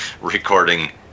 recording